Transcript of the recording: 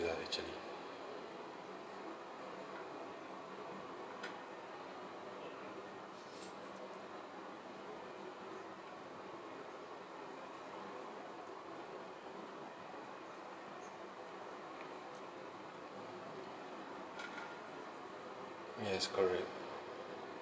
lah actually yes correct